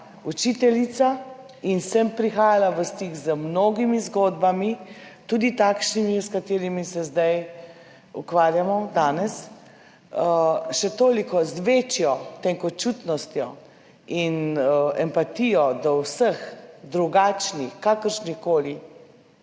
učiteljica in sem prihajala v stik z mnogimi zgodbami, tudi takšnimi, s katerimi se danes ukvarjamo, še toliko z večjo tenkočutnostjo in empatijo do vseh drugačnih, kakršnihkoli,